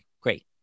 great